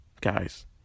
guys